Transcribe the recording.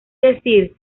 decir